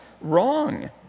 wrong